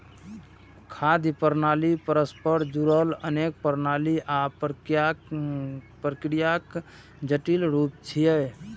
खाद्य प्रणाली परस्पर जुड़ल अनेक प्रणाली आ प्रक्रियाक जटिल रूप छियै